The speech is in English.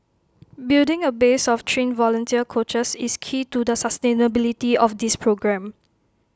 building A base of trained volunteer coaches is key to the sustainability of this programme